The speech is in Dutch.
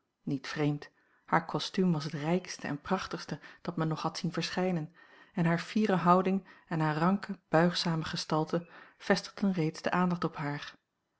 niet vreemd haar kostuum was het rijkste en prachtigste dat men nog had zien verschijnen en hare fiere houding en hare ranke buigzame gestalte vestigden a l g bosboom-toussaint langs een omweg reeds de aandacht op haar